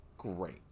great